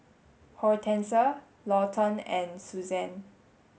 Hortense Lawton and Suzanne